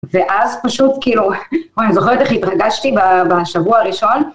ואז פשוט כאילו, אני זוכרת איך התרגשתי בשבוע הראשון.